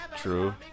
true